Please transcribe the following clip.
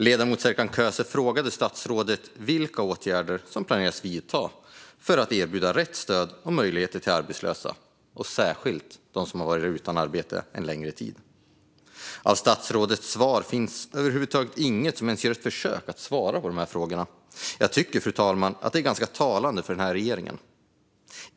Ledamoten Serkan Köse frågade statsrådet vilka åtgärder man planerar att vidta för att erbjuda rätt stöd och möjligheter till arbetslösa, särskilt till dem som har varit utan arbete en längre tid. I statsrådets svar fanns över huvud taget inget som ens var ett försök att svara på frågan. Jag tycker, fru talman, att det är ganska talande för denna regering.